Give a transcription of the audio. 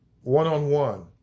one-on-one